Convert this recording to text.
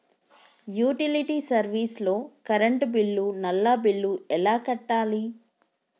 Utility service లో current bill, నల్లా bill ఎలా కట్టాలి?